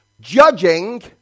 judging